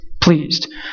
pleased